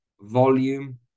volume